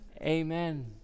Amen